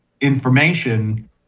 information